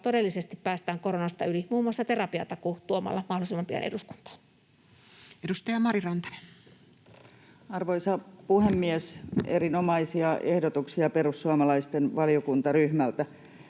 todellisesti päästään koronasta yli, muun muassa tuomalla terapiatakuu mahdollisimman pian eduskuntaan. Edustaja Mari Rantanen. Arvoisa puhemies! Erinomaisia ehdotuksia perussuomalaisten valiokuntaryhmältä.